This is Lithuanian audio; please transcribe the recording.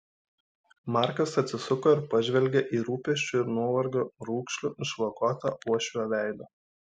markas atsisuko ir pažvelgė į rūpesčių ir nuovargio raukšlių išvagotą uošvio veidą